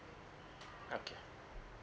okay